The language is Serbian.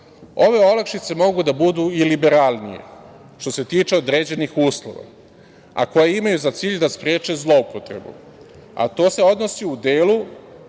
ove olakšice mogu da budu i liberalnije, što se tiče određenih uslova, a koja imaju za cilj da spreče zloupotrebu. To se odnosi u delu